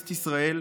לכנסת ישראל,